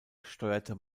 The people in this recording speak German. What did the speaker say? steuerte